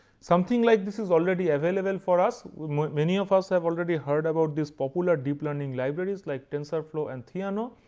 something like this is already available for us. many of us have already heard about this popular deep learning libraries like tensorflow and theano.